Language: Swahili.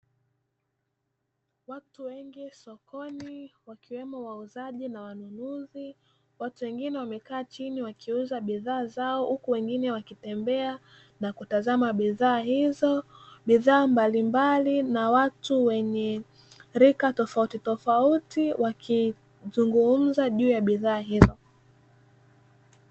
Watu wengi sokoni wakiwemo wauzaji na wanunuzi watu wengine wamekaa chini wakiuza bidhaa zao huku wengine wakitembea na kutazama bidhaa hizo, bidhaa mbalimbali na watu wenye rika tofautitofauti wakizungumza juu ya bidhaa hizo.